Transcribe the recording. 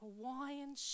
Hawaiian